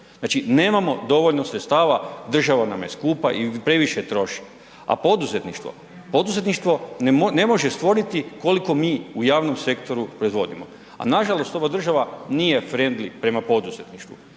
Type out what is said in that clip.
nemamo dovoljno sredstava, država nam je skupa i previše troši. A poduzetništvo, poduzetništvo ne može stvoriti koliko mi u javnom sektoru proizvodimo. A nažalost ova država nije frendli prema poduzetništvu,